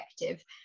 effective